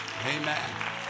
Amen